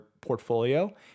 portfolio